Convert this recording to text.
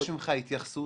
אני מבקש ממך התייחסות